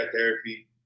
therapy